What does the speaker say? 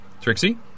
Trixie